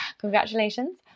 congratulations